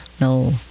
No